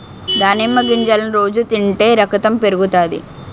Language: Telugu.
దానిమ్మ గింజలను రోజు తింటే రకతం పెరుగుతాది